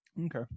Okay